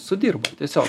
sudirba tiesiog